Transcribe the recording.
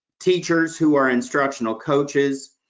teachers who are instructional coaches,